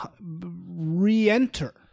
re-enter